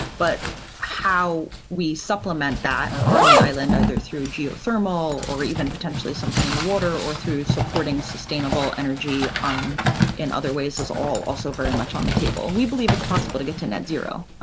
but how we supplement that on the island either through geothermal or even potentially something in the water or through supporting, sustainable energy in other ways as all also very much on the table. we believe it's possible to get to net zero